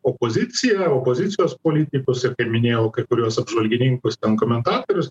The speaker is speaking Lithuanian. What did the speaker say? opoziciją opozicijos politikus ir kaip minėjau kai kuriuos apžvalgininkus ten komentatorius